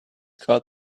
called